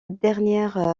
dernière